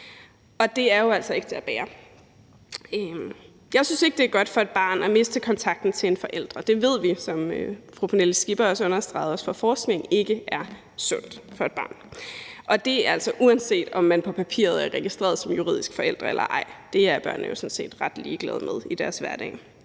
Det er jo altså ikke til at bære. Jeg synes ikke, det er godt for et barn at miste kontakten til en forælder. Det ved vi, som fru Pernille Skipper også understregede, fra forskningen ikke er sundt for et barn. Det er altså, uanset om man på papiret er registreret som juridisk forælder eller ej. Det er børnene jo sådan set ret ligeglade med i deres hverdag.